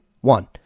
one